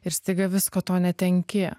ir staiga visko to netenki